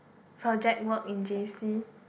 project work in J_C